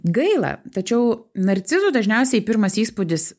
gaila tačiau narcizų dažniausiai pirmas įspūdis